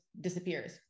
disappears